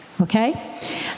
Okay